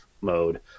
mode